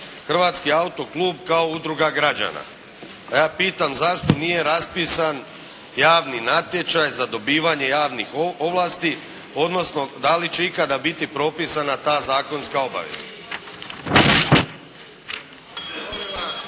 Hrvatski autoklub kao udruga građana. Pa ja pitam, zašto nije raspisan javni natječaj za dobivanje javnih ovlasti odnosno da li će ikada biti propisana ta zakonska obaveza. **Bebić, Luka